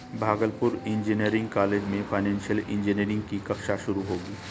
Bhagalpur engineering college में financial engineering की कक्षा शुरू होगी